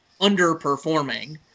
underperforming